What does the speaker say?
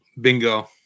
Bingo